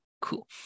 Cool